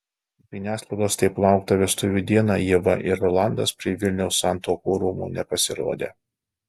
žiniasklaidos taip lauktą vestuvių dieną ieva ir rolandas prie vilniaus santuokų rūmų nepasirodė